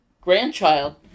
grandchild